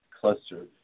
cluster